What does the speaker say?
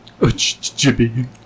Jibby